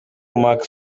mark